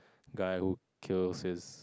guy who kills his